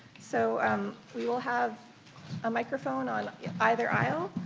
so um we will have a microphone on either aisle,